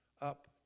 up